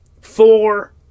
four